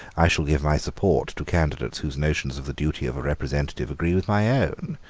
i shall give my support to candidates whose notions of the duty of a representative agree with my own.